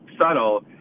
subtle